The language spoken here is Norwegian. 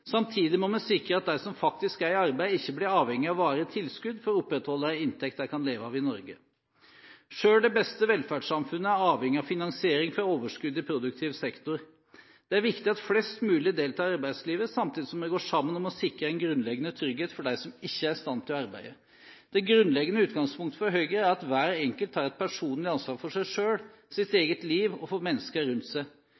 Samtidig må vi sikre at de som faktisk er i arbeid, ikke blir avhengige av varige tilskudd for å opprettholde en inntekt de kan leve av i Norge. Selv det beste velferdssamfunnet er avhengig av finansiering fra overskudd i produktiv sektor. Det er viktig at flest mulig deltar i arbeidslivet, samtidig som vi går sammen om å sikre en grunnleggende trygghet for dem som ikke er i stand til å arbeide. Det grunnleggende utgangspunkt for Høyre er at hver enkelt tar et personlig ansvar for seg selv, sitt